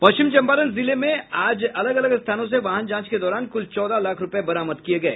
पश्चिम चंपारण जिले में आज अलग अलग स्थानों से वाहन जांच के दौरान कुल चौदह लाख रुपये बरामद किये गये